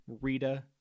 Rita